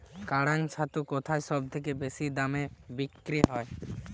কাড়াং ছাতু কোথায় সবথেকে বেশি দামে বিক্রি হয়?